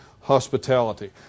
hospitality